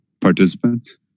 participants